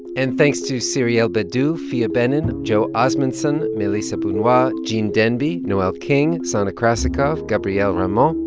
and thanks to cyrielle bedu, phia bennin, joe osmundson, melissa bounoua, gene demby, noel king, sana krasikov, gabrielle ramo,